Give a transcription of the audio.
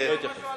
לא, לא,